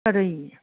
ꯀꯔꯤ